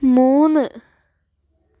മൂന്ന്